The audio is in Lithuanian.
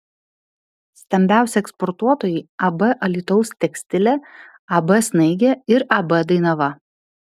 stambiausi eksportuotojai ab alytaus tekstilė ab snaigė ir ab dainava